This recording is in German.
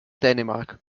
dänemark